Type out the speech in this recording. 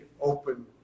open